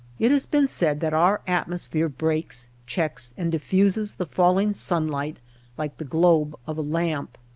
it has been said that our atmosphere breaks, checks, and diffuses the falling sunlight like the globe of a lamp.